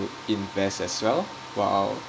invest as well while